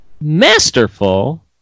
masterful